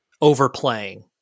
overplaying